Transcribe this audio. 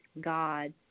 god